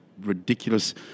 ridiculous